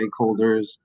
stakeholders